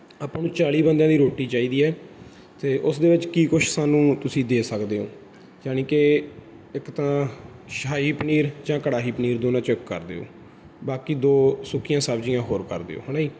ਆਪਾਂ ਨੂੰ ਚਾਲੀ ਬੰਦਿਆਂ ਦੀ ਰੋਟੀ ਚਾਹੀਦੀ ਹੈ ਅਤੇ ਉਸ ਦੇ ਵਿੱਚ ਕੀ ਕੁਛ ਸਾਨੂੰ ਤੁਸੀਂ ਦੇ ਸਕਦੇ ਹੋ ਜਾਣੀ ਕਿ ਇੱਕ ਤਾਂ ਸ਼ਾਹੀ ਪਨੀਰ ਜਾਂ ਕੜਾਹੀ ਪਨੀਰ ਦੋਨਾਂ 'ਚੋਂ ਇੱਕ ਕਰ ਦਿਓ ਬਾਕੀ ਦੋ ਸੁੱਕੀਆਂ ਸਬਜ਼ੀਆਂ ਹੋਰ ਕਰ ਦਿਓ ਹੈ ਨਾ ਜੀ